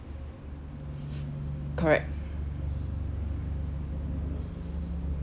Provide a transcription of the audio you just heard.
correct